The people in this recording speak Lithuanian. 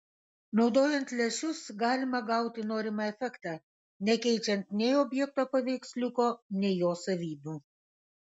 naudojant lęšius galima gauti norimą efektą nekeičiant nei objekto paveiksliuko nei jo savybių